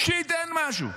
שייתן משהו.